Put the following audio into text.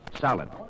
Solid